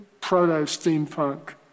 proto-steampunk